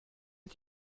est